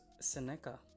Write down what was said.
Seneca